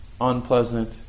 unpleasant